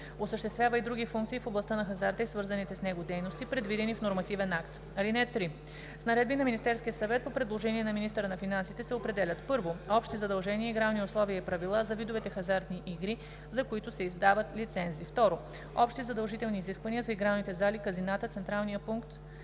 осъществява и други функции в областта на хазарта и свързаните с него дейности, предвидени в нормативен акт. (3) С наредби на Министерския съвет по предложение на министъра на финансите се определят: 1. общи задължителни игрални условия и правила за видовете хазартни игри, за които се издават лицензи; 2. общи задължителни изисквания за игралните зали, казината, централния пункт